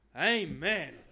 amen